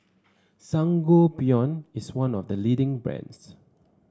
Sangobion is one of the leading brands